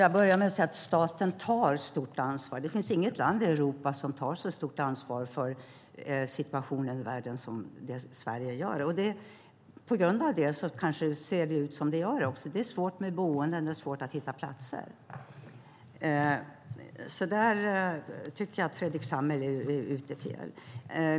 Herr talman! Staten tar stort ansvar. Det finns inget land i Europa som tar så stort ansvar för situationen i världen som Sverige gör. Det är på grund av detta som det ser ut som det gör. Det är svårt att hitta platser till boenden. Där tycker jag att Fredrik Lundh Sammeli är fel ute.